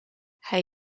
hij